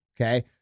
okay